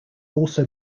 also